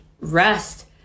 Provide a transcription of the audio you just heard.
rest